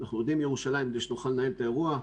אנחנו יורדים לירושלים כדי שנוכל לנהל את האירוע.